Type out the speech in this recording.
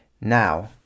now